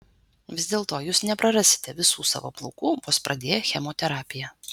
vis dėlto jūs neprarasite visų savo plaukų vos pradėję chemoterapiją